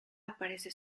aparece